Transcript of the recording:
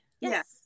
Yes